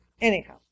Anyhow